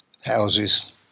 houses